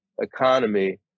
economy